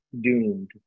doomed